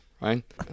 right